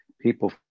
people